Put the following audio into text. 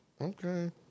okay